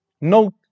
Note